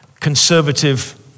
conservative